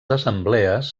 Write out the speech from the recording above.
assemblees